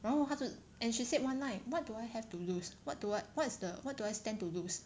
然后他就 and she said one night what do I have to lose what to what what is the what do I stand to lose